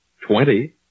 twenty